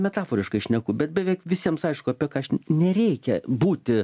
metaforiškai šneku bet beveik visiems aišku apie ką nereikia būti